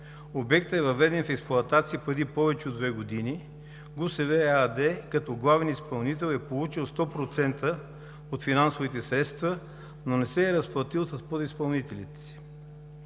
Обектът е въведен в експлоатация преди повече от две години. ГУСВ – ЕАД, като главен изпълнител, е получил 100% от финансовите средства, но не се е разплатило с подизпълнителите си.